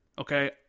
okay